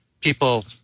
people